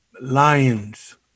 Lions